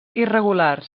irregulars